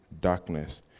darkness